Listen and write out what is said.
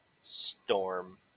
storm